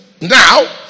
now